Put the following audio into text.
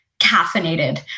caffeinated